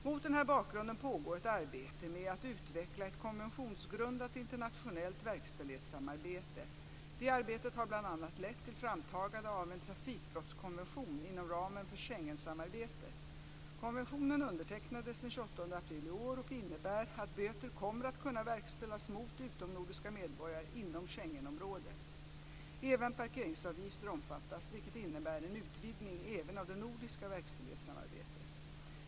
Mot denna bakgrund pågår ett arbete med att utveckla ett konventionsgrundat internationellt verkställighetssamarbete. Detta arbete har bl.a. lett till framtagandet av en trafikbrottskonvention inom ramen för Schengensamarbetet. Konventionen undertecknades den 28 april i år och innebär att böter kommer att kunna verkställas mot utomnordiska medborgare inom Schengenområdet. Även parkeringsavgifter omfattas, vilket innebär en utvidgning även av det nordiska verkställighetssamarbetet.